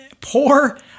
poor